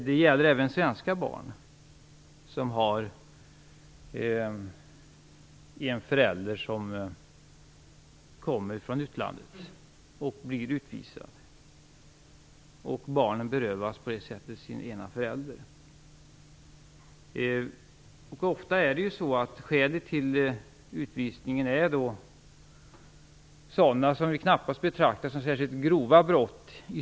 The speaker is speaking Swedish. Detta gäller även svenska barn som har en utländsk förälder som blir utvisad. Barnen berövas alltså sin ena förälder. Ofta är skälen till utvisning sådant som vi i Sverige knappast betraktar som särskilt grova brott.